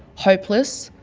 hopeless,